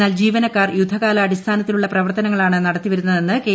എന്നാൽ ജീവനക്കാർ യുദ്ധകാലാടിസ്ഥാനത്തിലുള്ള പ്രവർത്തനങ്ങളാണ് നടത്തിവരുന്നതെന്ന് കെ